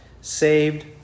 saved